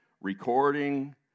recording